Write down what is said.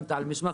חתמת על מסמך,